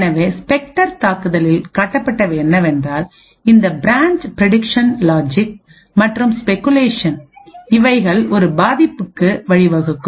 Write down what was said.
எனவே ஸ்பெக்டர் தாக்குதலில் காட்டப்பட்டவை என்னவென்றால் இந்த பிரான்ச் பிரடிக்சன் லாஜிக் மற்றும் ஸ்பெகுலேஷன்இவைகள் ஒரு பாதிப்புக்கு வழிவகுக்கும்